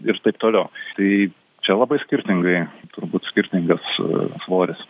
ir taip toliau tai čia labai skirtingai turbūt skirtingas svoris